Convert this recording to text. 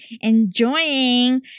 enjoying